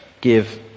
give